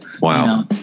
Wow